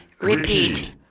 repeat